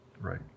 Right